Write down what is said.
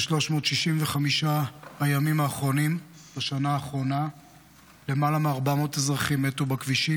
ב-365 הימים האחרונים בשנה האחרונה למעלה מ-400 אזרחים מתו בכבישים,